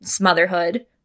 motherhood